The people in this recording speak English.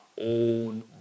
own